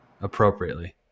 appropriately